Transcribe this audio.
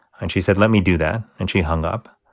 and she said, let me do that. and she hung up.